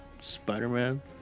Spider-Man